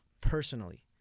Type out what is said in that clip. personally